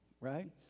Right